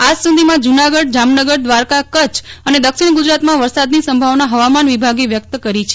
આજ સુધીમાં જૂનાગઢ જામનગર દ્વારકા કચ્છ અને દક્ષિણ ગુજરાતમાં વરસાદની સંભાવના હવામાન વિભાગે વ્યક્ત કરી છે